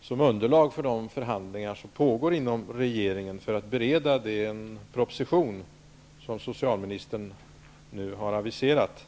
Som underlag för de förhandlingar som pågår inom regeringen för att bereda den proposition som socialministern nu har aviserat